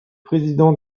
président